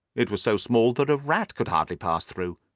it was so small that a rat could hardly pass through.